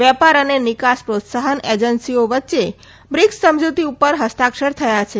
વેપાર અને નિકાસ પ્રોત્સાહન એજન્સીઓ વચ્ચે બ્રિક્સ સમજૂતી પર હસ્તાક્ષર થયા છે